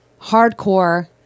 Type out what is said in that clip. Hardcore